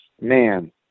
man